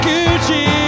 Gucci